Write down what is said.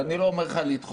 ואני לא אומר לך לדחות,